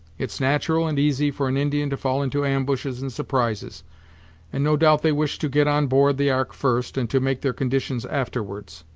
it's natural and easy for an indian to fall into ambushes and surprises and, no doubt they wished to get on board the ark first, and to make their conditions afterwards.